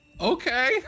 Okay